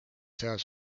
seas